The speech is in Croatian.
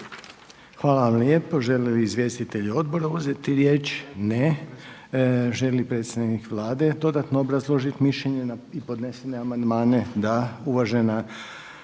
Hvala vam lijepo. Žele li izvjestitelji odbora uzeti riječ? Ne. Želi li predstavnik Vlade dodatno obrazložiti mišljenje na podnesene amandmane? Da. Uvažena